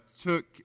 took